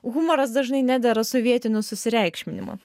humoras dažnai nedera su vietiniu susireikšminimu